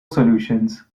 solutions